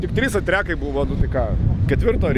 kaip trys va trekai buvo nu tai ką ketvirto rei